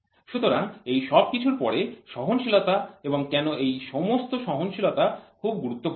সুতরাং এই সবকিছুর পরে সহনশীলতা এবং কেন এই সমস্ত সহনশীলতা খুব গুরুত্বপূর্ণ